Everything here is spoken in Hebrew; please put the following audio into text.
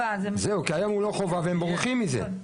היום הוא לא חובה, והם בורחים מזה.